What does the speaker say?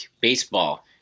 Baseball